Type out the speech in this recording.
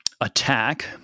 attack